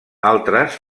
altres